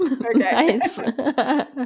Nice